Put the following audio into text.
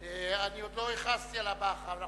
עוד לא הכרזתי על הבא אחריו.